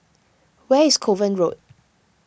where is Kovan Road